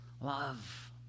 love